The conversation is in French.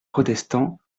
protestant